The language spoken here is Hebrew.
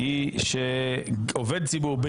יש לזה כללים וצריך להצהיר על